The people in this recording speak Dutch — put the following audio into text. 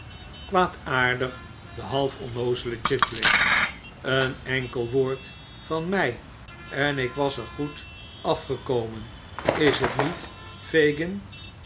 kwaadaardig de half onnoozele chitüng een enkel woord van mij en ik was er goed afgekomen is t niet fagin